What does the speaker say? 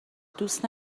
دوست